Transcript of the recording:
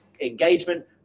engagement